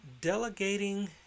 Delegating